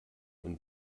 und